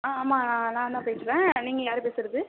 ஆ ஆமாம்ங்க நான் நான் தான் பேசுகிறேன் நீங்கள் யார் பேசுகிறது